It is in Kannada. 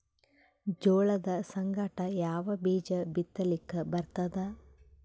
ಜೋಳದ ಸಂಗಾಟ ಯಾವ ಬೀಜಾ ಬಿತಲಿಕ್ಕ ಬರ್ತಾದ?